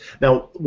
Now